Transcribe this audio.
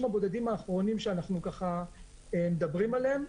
הבודדים האחרונים שאנחנו מדברים עליהם,